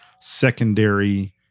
secondary